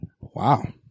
Wow